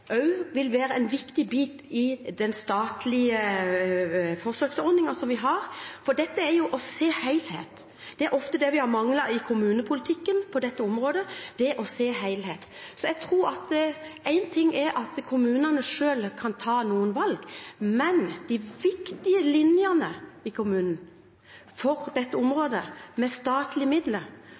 livet», vil være en viktig bit i den statlige forsøksordningen vi har. For dette er å se helhet. Det er det vi ofte har manglet i kommunepolitikken på dette området – det å se helhet. Én ting er at kommunene selv kan ta noen valg, men de viktige linjene i kommunen for dette området med statlige midler